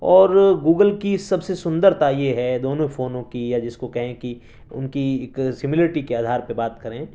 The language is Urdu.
اور گوگل کی سب سے سندرتا یہ ہے دونوں فونوں کی یا جس کو کہیں کہ ان کی ایک سملرٹی کے آدھار پہ بات کریں